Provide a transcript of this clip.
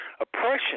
Oppression